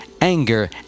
anger